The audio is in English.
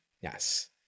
yes